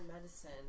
medicine